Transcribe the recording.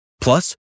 Plus